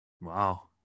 Wow